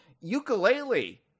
Ukulele